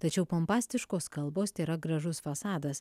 tačiau pompastiškos kalbos tėra gražus fasadas